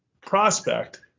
prospect